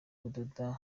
kudoda